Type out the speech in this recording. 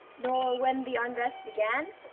nor when the unrest began?